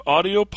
Audio